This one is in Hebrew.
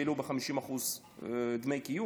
שהעלו ב-50% דמי קיום.